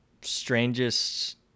strangest